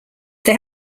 they